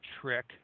trick